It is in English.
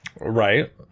Right